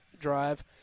drive